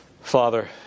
Father